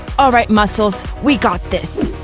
alright muscles, we got this.